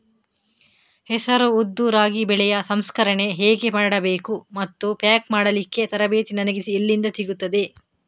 ಹೆಸರು, ಉದ್ದು, ರಾಗಿ ಬೆಳೆಯ ಸಂಸ್ಕರಣೆ ಹೇಗೆ ಮಾಡಬೇಕು ಮತ್ತು ಪ್ಯಾಕ್ ಮಾಡಲಿಕ್ಕೆ ತರಬೇತಿ ನನಗೆ ಎಲ್ಲಿಂದ ಸಿಗುತ್ತದೆ?